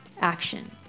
action